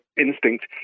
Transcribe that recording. instinct